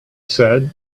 said